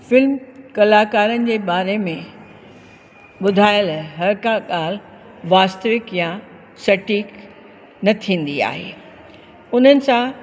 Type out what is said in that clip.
film कलाकारनि जे बारे में ॿुधायल हर का ॻाल्हि वास्तविक या सटीक न थींदी आहे उन्हनि सां